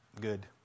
good